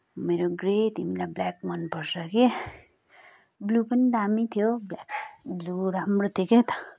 मेरो ग्रे तिमीलाई ब्ल्याक मनपर्छ कि ब्लु पनि दामी थियो ब्ल ब्लु राम्रो थियो के त